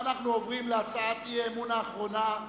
אנחנו עוברים להצעת האי-אמון האחרונה,